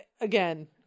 again